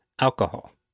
alcohol